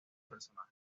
personaje